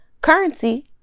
Currency